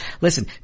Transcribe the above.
Listen